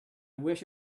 wish